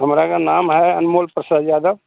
हमरा का नाम है अनमोल प्रसाद यादव